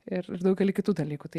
ir ir daugelį kitų dalykų tai